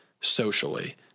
socially